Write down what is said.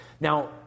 Now